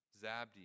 Zabdi